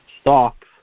stocks